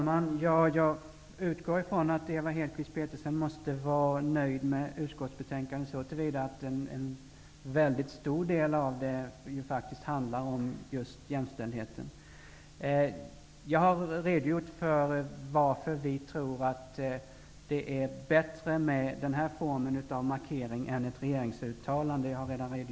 Fru talman! Jag utgår ifrån att Ewa Hedkvist Petersen måste vara nöjd med utskottsbetänkandet så till vida att en mycket stor del av betänkandet just handlar om jämställdhet. Jag har i replikskiftet med Anders Nilsson redan redogjort för varför vi tror att det är bättre med den här formen av markering än ett regeringsuttalande.